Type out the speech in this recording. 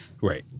Right